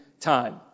time